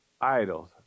idols